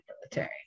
military